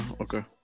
Okay